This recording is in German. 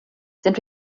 sind